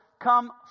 come